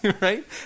right